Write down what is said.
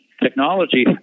Technology